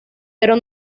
pero